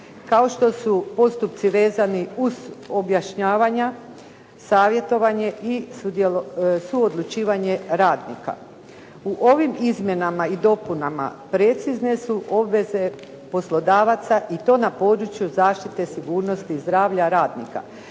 kao što su postupci vezani uz objašnjavanja, savjetovanje i suodlučivanje radnika. U ovim izmjenama i dopunama precizne su obveze poslodavaca i to na području zaštite sigurnosti i zdravlja radnika,